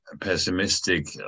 pessimistic